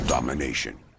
domination